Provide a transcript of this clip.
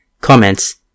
Comments